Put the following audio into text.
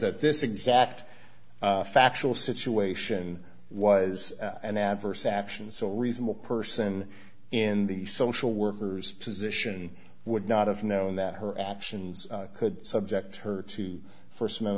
that this exact factual situation was an adverse action so reasonable person in the social workers position would not have known that her actions could subject her to for